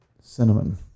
cinnamon